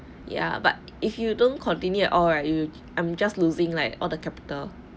ya but if you don't continue all right you I'm just losing like all the capital